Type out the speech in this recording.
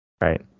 Right